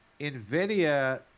nvidia